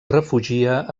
refugia